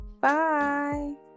bye